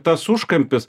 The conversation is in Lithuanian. tas užkampis